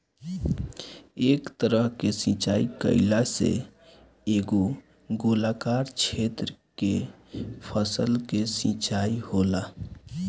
एह तरह के सिचाई कईला से एगो गोलाकार क्षेत्र के फसल के सिंचाई होला